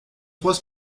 trois